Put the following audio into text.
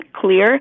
clear